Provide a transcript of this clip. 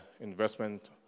investment